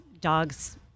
Dogs